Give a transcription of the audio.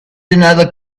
another